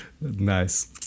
Nice